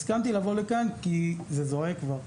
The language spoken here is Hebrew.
והסכמתי לבוא לכאן כי זה זועק כבר,